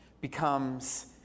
becomes